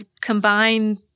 combine